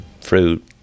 fruit